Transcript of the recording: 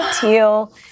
teal